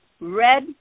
red